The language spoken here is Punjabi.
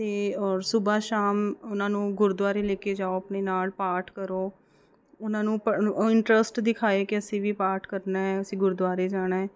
ਅਤੇ ਔਰ ਸੁਬਹ ਸ਼ਾਮ ਉਹਨਾਂ ਨੂੰ ਗੁਰਦੁਆਰੇ ਲੈ ਕੇ ਜਾਉ ਆਪਣੇ ਨਾਲ ਪਾਠ ਕਰੋ ਉਹਨਾਂ ਨੂੰ ਪ ਇੰਟਰਸਟ ਦਿਖਾਏ ਕਿ ਅਸੀਂ ਵੀ ਪਾਠ ਕਰਨਾ ਅਸੀਂ ਗੁਰਦੁਆਰੇ ਜਾਣਾ